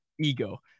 ego